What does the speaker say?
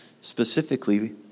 specifically